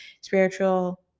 spiritual